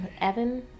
Evan